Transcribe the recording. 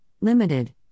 Limited